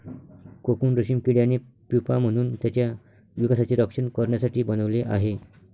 cocoon रेशीम किड्याने pupa म्हणून त्याच्या विकासाचे रक्षण करण्यासाठी बनवले आहे